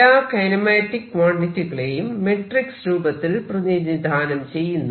എല്ലാ കൈനമാറ്റിക് ക്വാണ്ടിറ്റികളെയും മെട്രിക്സ് രൂപത്തിൽ പ്രതിനിധാനം ചെയ്യുന്നു